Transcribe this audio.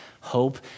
hope